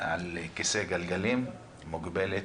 על כיסא גלגלים, מוגבלת,